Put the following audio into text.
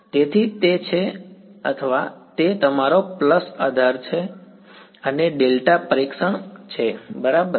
તેથી તે છે અથવા તે તમારો પલ્સ આધાર છે અને ડેલ્ટા પરીક્ષણ બરાબર છે